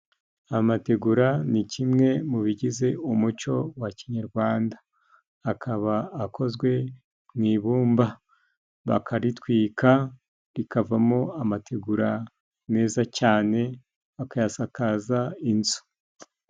Amategura ni kimwe mu bigize umuco wa kinyarwanda. Akaba akozwe mu ibumba bakaritwika rikavamo amategura meza cyane, bakayasakaza inzu.